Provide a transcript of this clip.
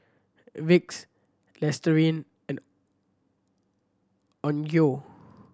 Vicks Listerine and Onkyo